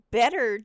better